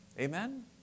Amen